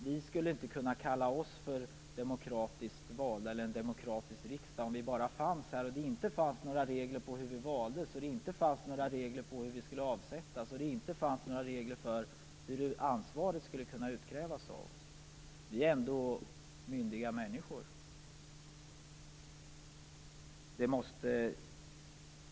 Vi skulle inte kunna kalla oss demokratiskt valda eller en demokratisk riksdag, om vi bara fanns här utan några regler för hur vi väljs, för hur vi avsätts och för hur ansvar skall kunna utkrävas av oss. Vi är ändå myndiga människor.